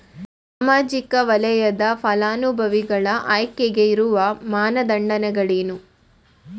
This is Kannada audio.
ಸಾಮಾಜಿಕ ವಲಯದ ಫಲಾನುಭವಿಗಳ ಆಯ್ಕೆಗೆ ಇರುವ ಮಾನದಂಡಗಳೇನು?